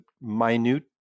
minute